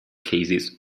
cases